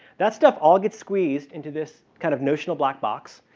that stuff all gets squeezed in to this kind of notional black box.